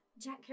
Jack